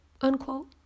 unquote